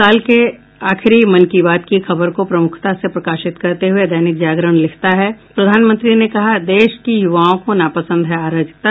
साल के आखिरी मन की बात की खबर को प्रमुखता से प्रकाशित करते हुये दैनिक जागरण लिखता है प्रधानमंत्री ने कहा देश की युवाओं को नापसंद है अराजकता